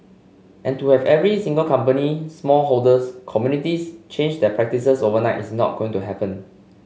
and to have every single company small holders communities change their practices overnight is not going to happen